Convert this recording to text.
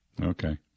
Okay